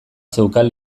zeukan